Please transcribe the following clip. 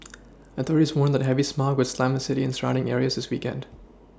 authorities warned the heavy smog would slam the city and surrounding areas this weekend